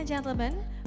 Gentlemen